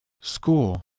school